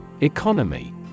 Economy